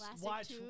watch